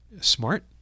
smart